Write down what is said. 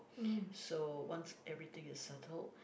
so once everything is settled